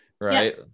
right